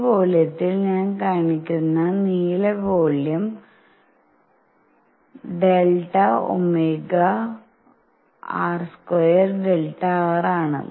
ഈ വോള്യത്തിൽ ഞാൻ കാണിക്കുന്ന നീല വോള്യം d Ωr2 Δr ആണ്